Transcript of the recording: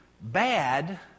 bad